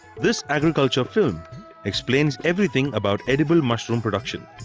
this agriculture lm explains everything about edible mushroom production.